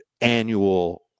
annual